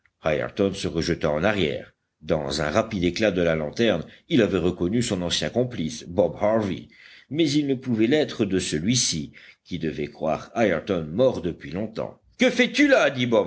se rejeta en arrière dans un rapide éclat de la lanterne il avait reconnu son ancien complice bob harvey mais il ne pouvait l'être de celui-ci qui devait croire ayrton mort depuis longtemps que fais-tu là